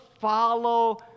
follow